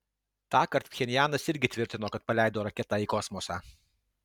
tąkart pchenjanas irgi tvirtino kad paleido raketą į kosmosą